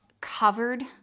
covered